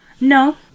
No